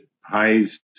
High's